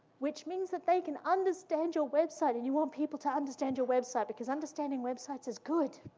which means that they can understand your website, and you want people to understand your website, because understanding websites is good.